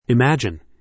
Imagine